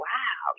Wow